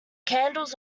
candles